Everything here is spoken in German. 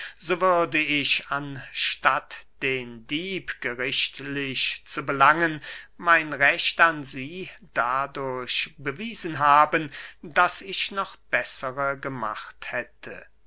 so würde ich anstatt den dieb gerichtlich zu belangen mein recht an sie dadurch bewiesen haben daß ich noch bessere gemacht hätte